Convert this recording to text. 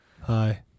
Hi